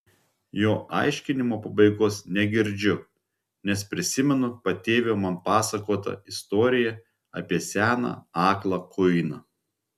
jo aiškinimo pabaigos negirdžiu nes prisimenu patėvio man pasakotą istoriją apie seną aklą kuiną